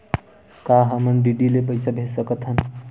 का हम डी.डी ले पईसा भेज सकत हन?